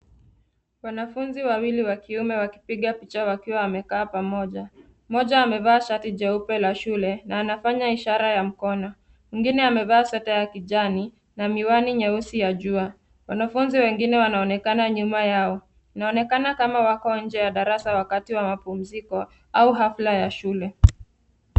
Wanafunzi wawili wa kiume wakipiga picha wakiwa wamekaa pamoja, mmoja mevaa shati jeupe la shule anafanya ishara ya mkono, mwingine amevaa sweta ya kijani na miwani nyeusi ya jua, wanafunzi wengine wanaonekana nyuma yao, inaokenana kama wako nje ya darasa wakati wa mapumziko au hafla ya shule.